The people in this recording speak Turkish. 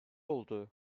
oldu